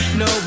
no